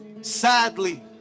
sadly